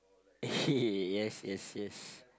eh yes yes yes